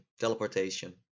teleportation